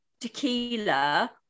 tequila